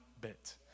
bit